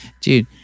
Dude